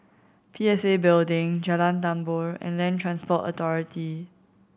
P S A Building Jalan Tambur and Land Transport Authority